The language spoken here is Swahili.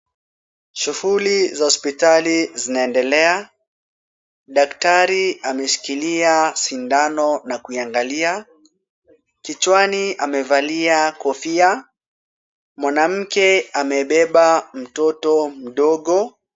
Shughuli za hospitali zinaendelea. Daktari ameshikilia sindano na kuiangalia. Kichwani amevalia kofia. Mwanamke amebeba mtoto mdogo.